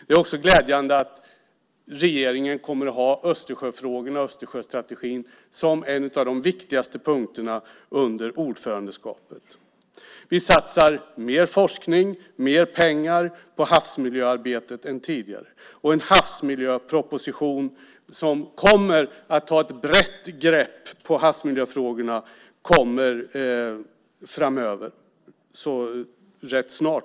Det är glädjande att regeringen kommer att ha Östersjöfrågorna och Östersjöstrategin som en av de viktigaste punkterna under ordförandeskapet. Vi satsar mer forskning och mer pengar på havsmiljöarbetet än tidigare. En havsmiljöproposition som kommer att ta ett brett grepp på havsmiljöfrågorna kommer framöver.